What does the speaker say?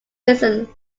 reason